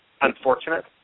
unfortunate